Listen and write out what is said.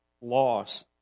loss